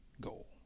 goal